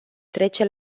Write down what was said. trece